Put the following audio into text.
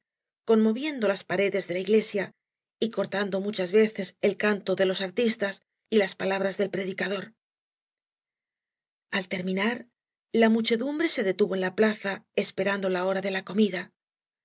conmoviendo las paredes de la iglesia y cortando muchas veces el canto de los artistas y las palabras del predi cador al terminar la muchedumbre se detuvo en la oaas y barro s plaza esperando la hora de la comida